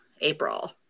April